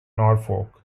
norfolk